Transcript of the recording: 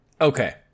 okay